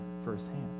firsthand